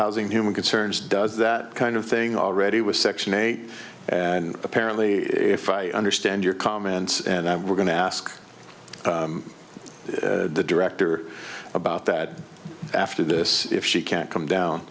housing human concerns does that kind of thing already with section eight and apparently if i understand your comments and i'm going to ask the director about that after this if she can't come down